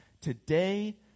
today